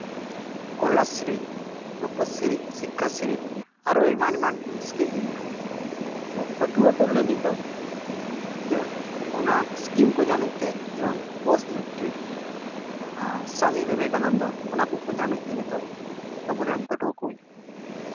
ᱠᱚᱱᱱᱟᱥᱨᱤ ᱨᱩᱯᱚᱥᱨᱤ ᱥᱤᱠᱠᱷᱟᱥᱨᱤ ᱟᱨᱚ ᱮᱢᱟᱱ ᱮᱢᱟᱱ ᱠᱚ ᱤᱥᱠᱤᱢ ᱢᱮᱱᱟᱜᱼᱟ ᱛᱚ ᱯᱟᱹᱴᱷᱩᱣᱟᱹ ᱠᱚ ᱞᱟᱹᱜᱤᱫ ᱫᱚ ᱚᱱᱟ ᱤᱥᱠᱤᱢ ᱠᱚ ᱧᱟᱢᱮᱜ ᱛᱮ ᱮᱵᱚᱝ ᱯᱳᱥᱴ ᱢᱮᱴᱨᱤᱠ ᱟᱨ ᱥᱟᱢᱤ ᱵᱤᱵᱮᱠᱟᱱᱚᱱᱫᱚ ᱚᱱᱟ ᱠᱚᱠᱚ ᱧᱟᱢᱮᱜ ᱛᱮ ᱱᱤᱛᱚᱜ ᱟᱵᱚ ᱨᱮᱱ ᱯᱟᱹᱴᱷᱩᱣᱟᱹ ᱠᱩᱡ